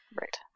Right